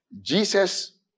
Jesus